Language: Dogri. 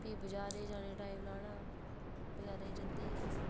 फ्ही बजारे गी जाने गी टाइम लाना हा बजारे गी जंदे हे फ्ही